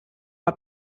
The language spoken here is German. mal